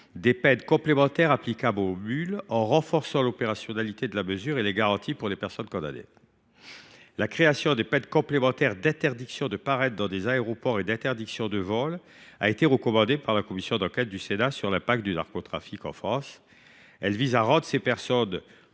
des peines complémentaires applicables aux mules, en renforçant l’opérationnalité de la mesure et les garanties pour les personnes condamnées. La création de peines complémentaires d’interdiction de paraître dans des aéroports et d’interdiction de vol a été recommandée par la commission d’enquête du Sénat sur l’impact du narcotrafic en France. Elle vise, pour protéger ces personnes,